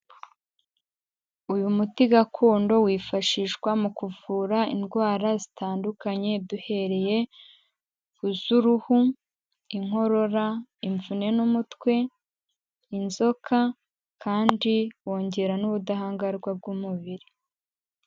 Uyu muti gakondo wifashishwa mu kuvura indwara zitandukanye duhereye ku z'uruhu, inkorora, imvune n'umutwe, inzoka kandi wongera n'ubudahangarwa bw'umubiri.